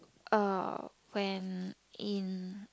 uh when in